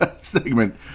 segment